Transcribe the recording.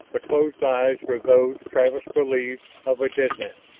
the closed eyes were those, travis believed, of a dead man.